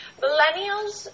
millennials